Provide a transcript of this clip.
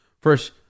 first